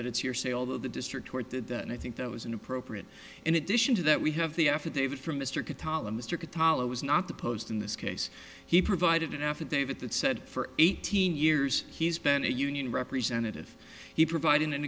that it's hearsay although the district court did that and i think that was inappropriate in addition to that we have the affidavit from mr katyal mr katyal was not the post in this case he provided an affidavit that said for eighteen years he's been a union representative he provid